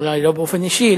אולי לא באופן אישי,